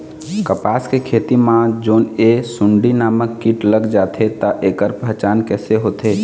कपास के खेती मा जोन ये सुंडी नामक कीट लग जाथे ता ऐकर पहचान कैसे होथे?